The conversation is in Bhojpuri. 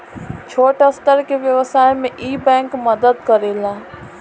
छोट स्तर के व्यवसाय में इ बैंक मदद करेला